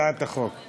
לעניין הצעת החוק.